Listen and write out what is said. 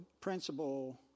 principle